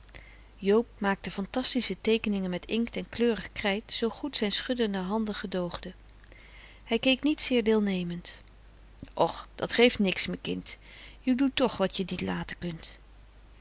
joob maakte fantastische teekeningen met inkt en frederik van eeden van de koele meren des doods kleurig krijt zoo goed zijn schuddende handen gedoogden hij keek niet zeer deelnemend och dat geeft niks me kind je doet toch wat je niet late kunt